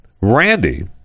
randy